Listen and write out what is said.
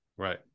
Right